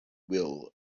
will